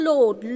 Lord